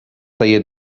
zaie